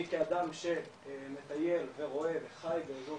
אני כאדם שמטייל ורואה וחי בטבע